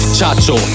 Chacho